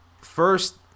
first